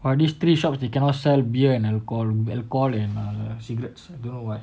ah these three shops they cannot sell beer and alcohol alcohol and uh cigarettes I don't know why